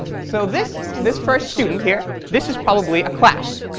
so this this first student here, this is probably a class.